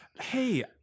Hey